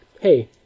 Hey